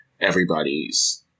everybody's